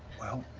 well,